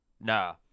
nah